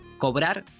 cobrar